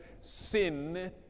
sin